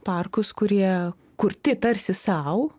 parkus kurie kur tai tarsi sau